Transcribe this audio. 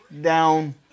down